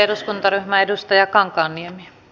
arvoisa rouva puhemies